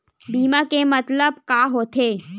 बीमा के मतलब का होथे?